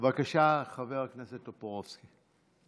חבר הכנסת טופורובסקי.